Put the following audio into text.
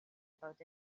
about